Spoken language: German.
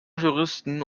juristen